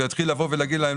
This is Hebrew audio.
ויאמר להם,